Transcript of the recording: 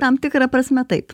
tam tikra prasme taip